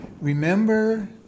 Remember